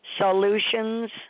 solutions